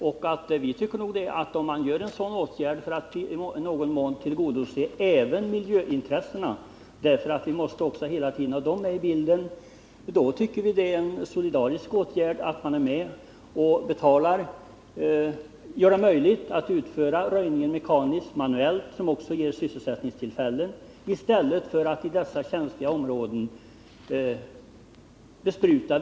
Om vi vidtar en sådan här åtgärd för att tillgodose även miljöintressena — dessa måste hela tiden finnas med i bilden — tycker vi att det är rimligt att man solidariskt är med och betalar vad det kostar att möjliggöra en manuell röjning i stället för att bespruta dessa känsliga områden via flygplan.